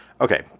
Okay